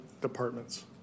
departments